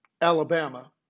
Alabama